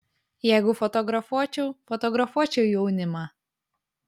jeigu fotografuočiau fotografuočiau jaunimą